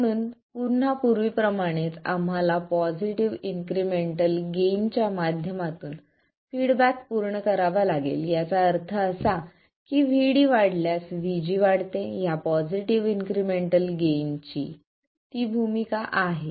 म्हणून पुन्हा पूर्वीप्रमाणेच आम्हाला पॉझिटिव्ह इन्क्रिमेंटल गेन च्या माध्यमातून फीडबॅक पूर्ण करावा लागेल याचा अर्थ असा की V D वाढल्यास V G वाढते या पॉझिटिव्ह इन्क्रिमेंटल गेन ची ती भूमिका आहे